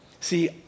See